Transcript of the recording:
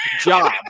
job